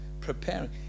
preparing